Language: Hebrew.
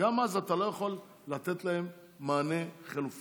גם אז אתה לא יכול לתת להם מענה חלופי.